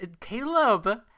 Caleb